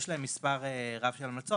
יש להם מספר רב של המלצות.